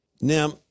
Now